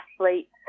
athletes